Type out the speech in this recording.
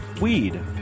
weed